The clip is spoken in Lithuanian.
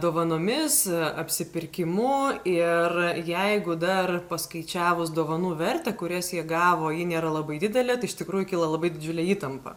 dovanomis apsipirkimu ir jeigu dar paskaičiavus dovanų vertę kurias jie gavo ji nėra labai didelė tai iš tikrųjų kyla labai didžiulė įtampa